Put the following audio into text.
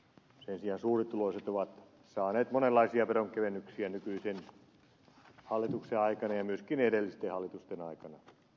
sen sijaan suurituloiset ovat saaneet monenlaisia veronkevennyksiä nykyisen hallituksen aikana ja myöskin edellisten hallitusten aikana